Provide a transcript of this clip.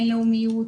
בינלאומיות,